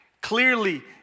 clearly